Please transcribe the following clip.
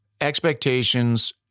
expectations